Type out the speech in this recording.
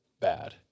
bad